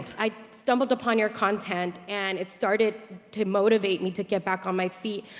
i stumbled upon your content and it started to motivate me to get back on my feet.